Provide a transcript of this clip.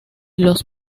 los